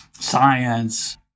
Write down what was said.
Science